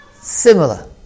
similar